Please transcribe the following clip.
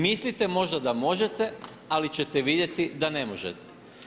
Mislite možda da možete, ali ćete vidjeti da ne možete.